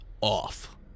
Off